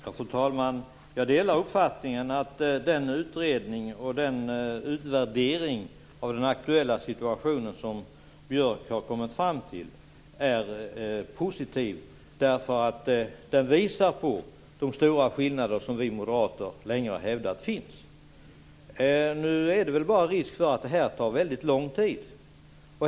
Fru talman! Jag delar uppfattningen att den utredning och den utvärdering av den aktuella situationen som Björk har kommit fram till är positiv. Den visar nämligen på de stora skillnader som vi moderater länge har hävdat finns. Nu är det bara risk för att detta tar väldigt lång tid.